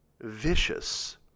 vicious